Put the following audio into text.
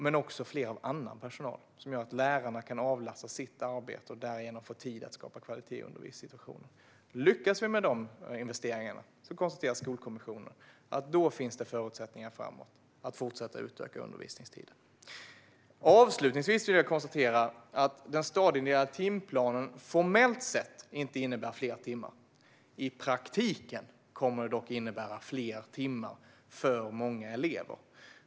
Men det gäller även fler av annan personal, så att lärarna kan avlastas i sitt arbete och därigenom få tid att skapa kvalitet i undervisningssituationen. Lyckas vi med dessa investeringar finns det, konstaterar Skolkommissionen, förutsättningar framåt att fortsätta utöka undervisningstiden. Avslutningsvis vill jag konstatera att den stadieindelade timplanen inte formellt sett innebär fler timmar men att den i praktiken kommer att innebära fler timmar för många elever.